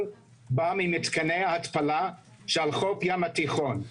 מגיעים ממתקני ההתפלה שלחוף הים התיכון,